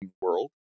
world